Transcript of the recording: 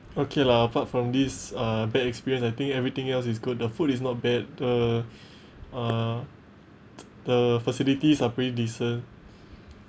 okay lah apart from this uh bad experience I think everything else is good the food is not bad uh uh the facilities are pretty decent